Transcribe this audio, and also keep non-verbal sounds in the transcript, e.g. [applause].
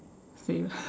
same [laughs]